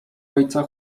ojca